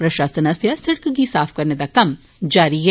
प्रशासन आसेया सिड़क गी साफ करने दा कम्म जारी ऐ